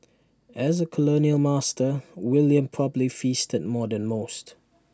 as A colonial master William probably feasted more than most